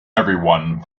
everyone